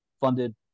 funded